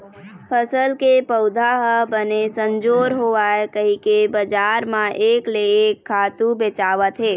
फसल के पउधा ह बने संजोर होवय कहिके बजार म एक ले एक खातू बेचावत हे